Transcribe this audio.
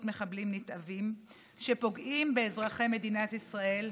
מחבלים נתעבים שפוגעים באזרחי מדינת ישראל.